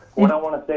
what i want to say